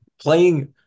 playing